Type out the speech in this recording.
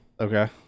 Okay